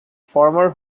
former